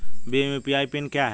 Bhim UPI PIN क्या है?